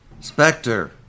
Spectre